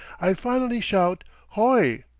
i finally shout hoi!